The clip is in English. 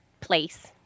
place